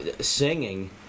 singing